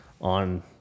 on